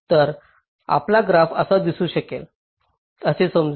तर आपला ग्राफ असा दिसू शकेल असे समजू